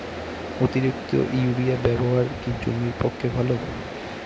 অতিরিক্ত ইউরিয়া ব্যবহার কি জমির পক্ষে ভালো?